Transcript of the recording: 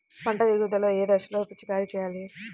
పంట ఎదుగుదల ఏ దశలో పిచికారీ చేయాలి?